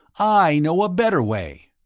i know a better way.